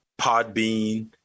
Podbean